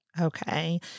Okay